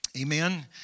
Amen